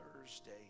Thursday